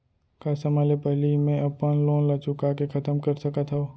का समय ले पहिली में अपन लोन ला चुका के खतम कर सकत हव?